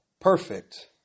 perfect